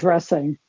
addressing,